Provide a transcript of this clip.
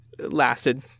lasted